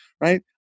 right